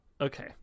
Okay